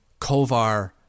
Kovar